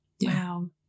Wow